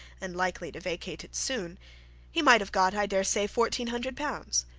and likely to vacate it soon he might have got i dare say fourteen hundred pounds.